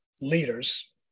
leaders